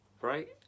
right